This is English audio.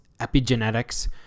epigenetics